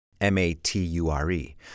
M-A-T-U-R-E